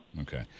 Okay